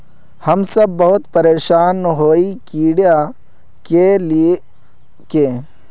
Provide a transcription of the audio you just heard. हम सब बहुत परेशान हिये कीड़ा के ले के?